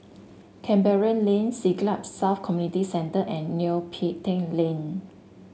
Canberra Lane Siglap South Community Centre and Neo Pee Teck Lane